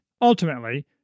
ultimately